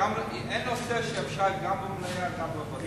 אין נושא שאפשר גם במליאה וגם בוועדה.